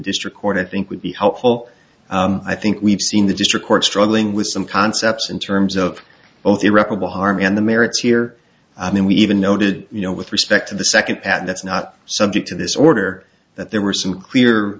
district court i think would be helpful i think we've seen the district court struggling with some concepts in terms of both irreparable harm and the merits here i mean we even noted you know with respect to the second pattern that's not subject to this order that there were some clear